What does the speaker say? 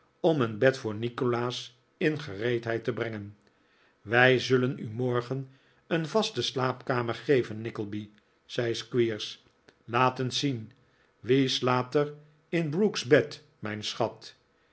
om een bed voor nikolaas in gereedheid te brengen wij zullen u morgen een vaste slaapkamer geven nickleby zei squeers laat eens zien wie slaapt er in brooke's bed mijn schat